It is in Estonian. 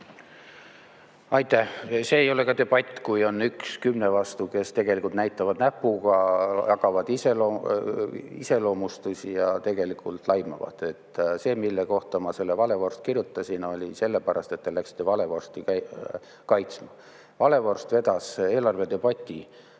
Aitäh! See ei ole ka debatt, kui on üks kümne vastu, kes tegelikult näitavad näpuga, jagavad iseloomustusi ja tegelikult laimavad. See, mille kohta ma "valevorst" kirjutasin – see oli sellepärast, et te läksite valevorsti kaitsma. Valevorst vedas eelarvedebati